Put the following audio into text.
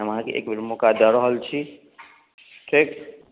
हम अहाँकेँ एक बेर मौका दऽ रहल छी ठीक